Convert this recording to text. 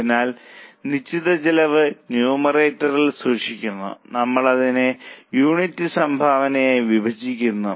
അതിനാൽ നിശ്ചിത ചെലവ് ന്യൂമറേറ്ററിൽ സൂക്ഷിക്കുന്നു നമ്മൾ അതിനെ യൂണിറ്റ് സംഭാവനയായി വിഭജിക്കുന്നു